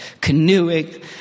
canoeing